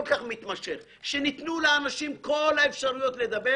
כל כך מתמשך יותר שניתנו לאנשים את כל האפשרויות לדבר,